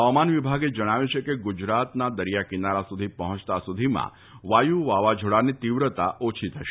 હવામાન વિભાગે જણાવ્યું છે કે ગુજરાતના દરિયાકિનારા સુધી પહોંચતા સુધીમાં વાયુ વાવાઝોડાની તીવ્રતા ઓછી થશે